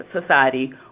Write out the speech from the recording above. society